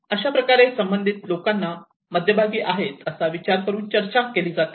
अशाप्रकारे संबंधित लोकांना मध्यभागी आहे असा विचार करून चर्चा केली जाते